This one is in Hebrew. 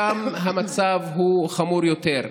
שם המצב חמור יותר.